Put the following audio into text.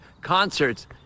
concerts